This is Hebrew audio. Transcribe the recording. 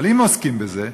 אבל אם עוסקים בזה,